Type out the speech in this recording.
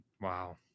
Wow